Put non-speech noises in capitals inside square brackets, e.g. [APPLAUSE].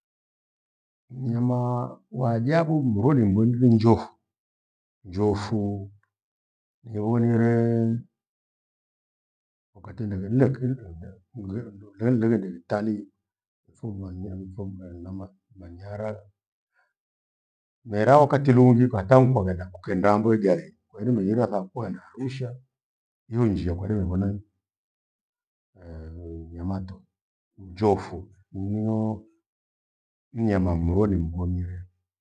Mnyama wa ajabu mboni, mmbonire ni njofu. Njofu nimvoniree wakati ndeghe- ndekhi [UNINTELLIGIBLE] talii phumanyami, phumenama Manyara. Mera wakati lungi kata upogheza kuke dambo ighare. Kweirima ighire athakwenda Arusha iyo njia kwarime iphona [HESITATION] nyamato, njofu niyoo mnyama mrwe nimghonire.